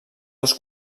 dos